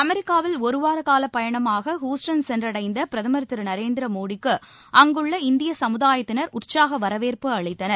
அமெரிக்காவில் ஒருவார பயணமாக ஹூஸ்டன் சென்றடைந்த பிரதமர் திரு நரேந்திர மோடிக்கு அங்குள்ள இந்திய சமுதாயத்தினர் உற்சாக வரவேற்பு அளித்தனர்